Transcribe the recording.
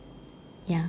ya